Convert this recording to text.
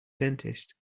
dentist